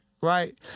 right